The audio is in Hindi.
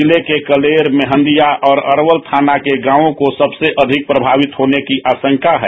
जिले के कलेर मेंहदिया और अरवल धाना के गांवों के सबसे अपिक प्रमावित होने की आशंका है